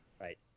Right